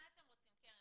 מה אתם רוצים קרן,